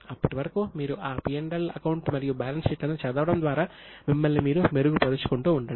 అప్పటి వరకు మీరు ఆ P L అకౌంట్ మరియు బ్యాలెన్స్ షీట్లను చదవడం ద్వారా మిమ్మల్ని మీరు మెరుగు పరుచుకుంటూ ఉండండి